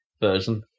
version